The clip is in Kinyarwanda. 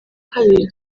kabiri